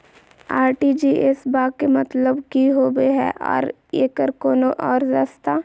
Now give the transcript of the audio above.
RTGS बा के मतलब कि होबे हय आ एकर कोनो और रस्ता?